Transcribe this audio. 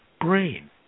brain